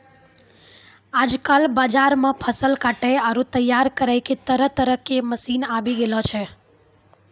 आजकल बाजार मॅ फसल काटै आरो तैयार करै के तरह तरह के मशीन आबी गेलो छै